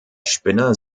spinner